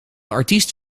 artiest